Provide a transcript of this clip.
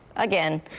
again.